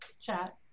chat